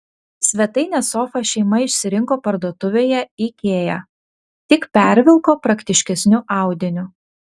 svetainės sofą šeima išsirinko parduotuvėje ikea tik pervilko praktiškesniu audiniu